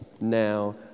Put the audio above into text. now